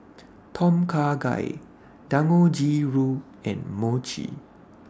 Tom Kha Gai Dangojiru and Mochi